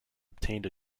obtain